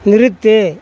நிறுத்து